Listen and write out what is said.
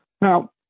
Now